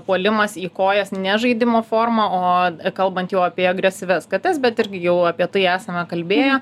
puolimas į kojas ne žaidimo forma o kalbant jau apie agresyvias kates bet irgi jau apie tai esame kalbėję